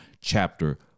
chapter